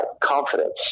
confidence